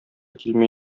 килми